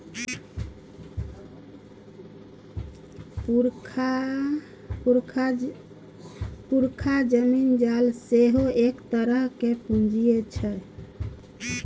पुरखाक जमीन जाल सेहो एक तरहक पूंजीये छै